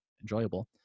enjoyable